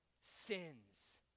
sins